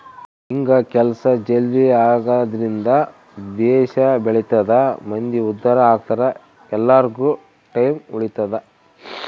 ಹಿಂಗ ಕೆಲ್ಸ ಜಲ್ದೀ ಆಗದ್ರಿಂದ ದೇಶ ಬೆಳಿತದ ಮಂದಿ ಉದ್ದಾರ ಅಗ್ತರ ಎಲ್ಲಾರ್ಗು ಟೈಮ್ ಉಳಿತದ